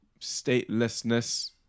statelessness